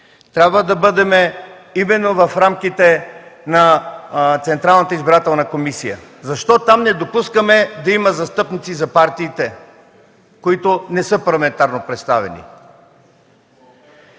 трябва да бъдем именно в рамките на Централната избирателна комисия. Защо там не допускаме да има застъпници за партиите, които не са парламентарно представени?